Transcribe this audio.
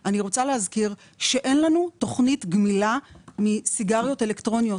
- שאין לנו תוכנית גמילה מסיגריות אלקטרוניות.